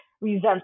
resents